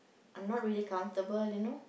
I'm not really comfortable you know